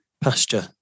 pasture